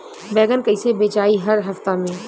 बैगन कईसे बेचाई हर हफ्ता में?